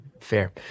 fair